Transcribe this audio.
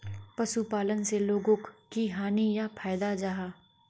पशुपालन से लोगोक की हानि या फायदा जाहा?